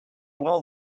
well